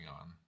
on